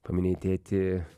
paminėjai tėtį